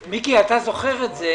מיקי, אתה זוכר את זה